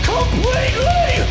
Completely